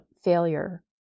Failure